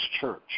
Church